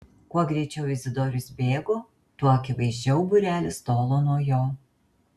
kuo greičiau izidorius bėgo tuo akivaizdžiau būrelis tolo nuo jo